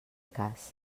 cas